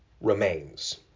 remains